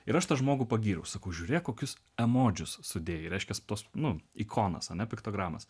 ir aš tą žmogų pagyriau sakau žiūrėk kokius emodžius sudėjai reiškiasi tuos nu ikonas ane piktogramas